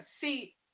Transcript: see